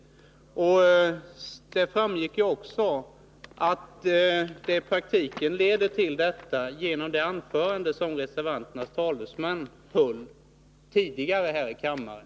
Att det i praktiken blir resultatet framgick också av det anförande som reservanternas talesman höll tidigare här i kammaren.